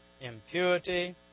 impurity